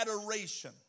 adoration